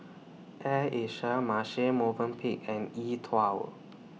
Air Asia Marche Movenpick and E TWOW